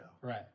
right